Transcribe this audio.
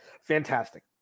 Fantastic